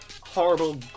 horrible